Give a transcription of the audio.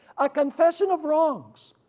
a confession of wrongs,